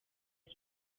uwo